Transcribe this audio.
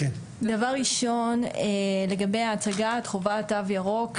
דבר ראשון לגבי הצגת חובת תו ירוק,